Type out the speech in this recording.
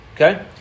Okay